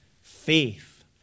Faith